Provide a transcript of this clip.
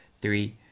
Three